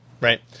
Right